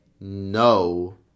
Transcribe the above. no